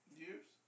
years